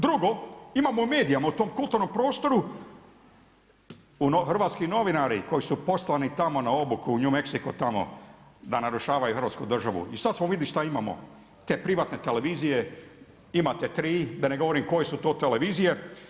Drugo imamo medija u tom kulturnom prostoru, hrvatski novinari, koji su poslani tamo na obuku u New Mexico tamo da narušavaju Hrvatsku državu i sad smo vidjeli što imamo, te privatne televizije, imate 3, da ne govorim koje su to televizije.